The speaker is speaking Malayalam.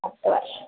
പത്ത് വർഷം